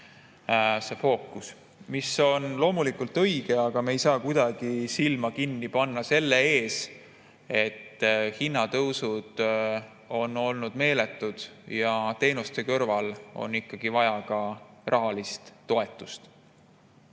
See on loomulikult õige, aga me ei saa kuidagi silma kinni pigistada selle ees, et hinnatõusud on olnud meeletud ja teenuste kõrval on ikkagi vaja ka rahalist toetust.